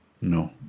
no